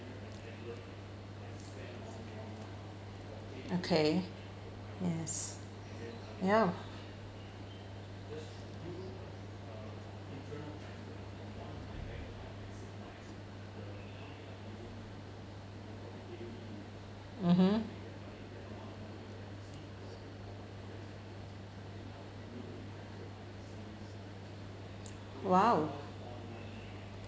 okay yes ya mmhmm !wow!